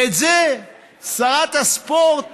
את זה שרת הספורט